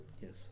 Yes